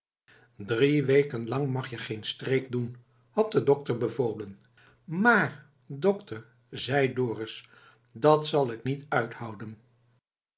drie weken lang mag je geen streek doen had de dokter bevolen maar dokter zei dorus dat zal ik niet uithouden